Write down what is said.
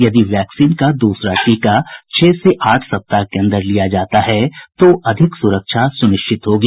यदि वैक्सीन का दूसरा टीका छह से आठ सप्ताह के अंदर लिया जाता है तो अधिक सुरक्षा सुनिश्चित होगी